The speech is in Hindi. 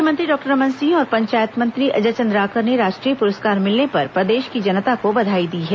मुख्यमंत्री डॉक्टर रमन सिंह और पंचायत मंत्री अजय चन्द्राकर ने राष्ट्रीय पुरस्कार मिलने पर प्रदेश की जनता को बधाई दी है